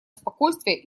спокойствие